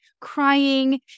crying